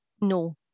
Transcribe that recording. no